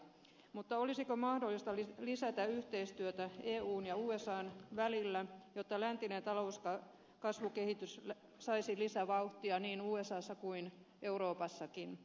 mutta olisiko mahdollista lisätä yhteistyötä eun ja usan välillä jotta läntinen talouskasvukehitys saisi lisävauhtia niin usassa kuin euroopassakin